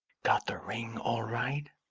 got the ring all right?